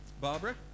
Barbara